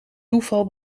toeval